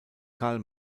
karl